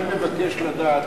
אני מבקש לדעת,